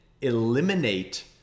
eliminate